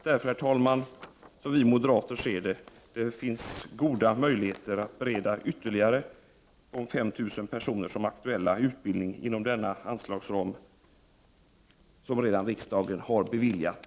Därför, herr talman, ser vi moderater att det finns goda möjligheter att bereda ytterligare de 5 000 personer som är aktuella utbildning inom denna anslagsram, som riksdagen redan har beviljat.